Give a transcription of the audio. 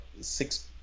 six –